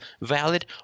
valid